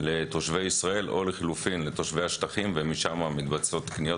לתושבי ישראל או לחילופין לתושבי השטחים ומשם מתבצעות קניות